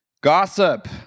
gossip